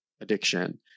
addiction